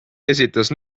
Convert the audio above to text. esitas